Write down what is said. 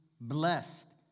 blessed